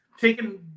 taking